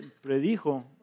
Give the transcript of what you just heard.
predijo